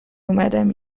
اومدم